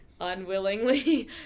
Unwillingly